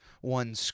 one